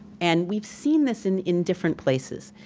and we've seen this in in different places.